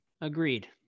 agreed